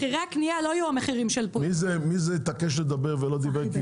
מחירי הקנייה לא יהיו המחירים של --- מי זה התעקש לדבר ולא דיבר?